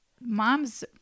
moms